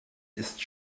ist